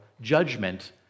judgment